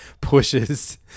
pushes